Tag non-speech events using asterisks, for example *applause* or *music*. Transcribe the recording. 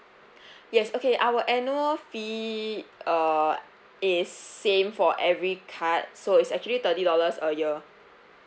*breath* yes okay our annual fee uh is same for every card so it's actually thirty dollars a year